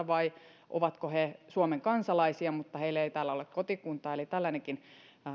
vai ovatko he suomen kansalaisia mutta heillä ei täällä ole kotikuntaa eli tällainenkin